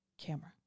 camera